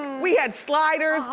we had sliders.